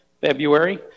February